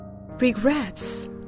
Regrets